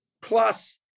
plus